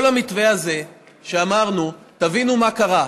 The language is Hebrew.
כל המתווה הזה שאמרנו, תבינו מה קרה.